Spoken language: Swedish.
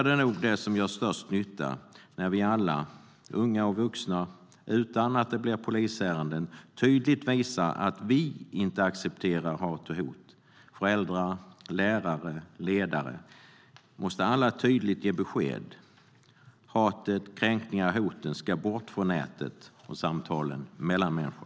Men det som gör störst nytta är nog ändå när vi alla, unga och vuxna, utan att det blir polisärenden, tydligt visar att vi inte accepterar hat och hot. Föräldrar, lärare och ledare måste alla tydligt ge besked. Hatet, kränkningarna och hoten ska bort från nätet och från samtalen mellan människor.